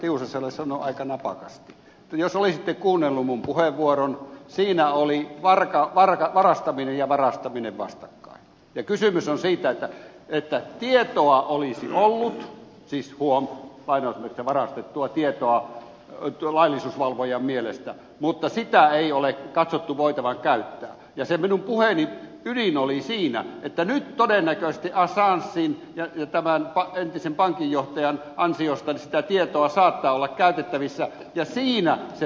tiusaselle sanoa aika napakasti että jos olisitte kuunnellut minun puheenvuoroni siinä olivat varastaminen ja varastaminen vastakkain ja kysymys on siitä että tietoa olisi ollut siis varastettua tietoa laillisuusvalvojan mielestä mutta sitä ei ole katsottu voitavan käyttää ja se minun puheeni ydin oli siinä että nyt todennäköisesti assangen ja tämän entisen pankinjohtajan ansiosta sitä tietoa saattaa olla käytettävissä ja siinä se peli voi aueta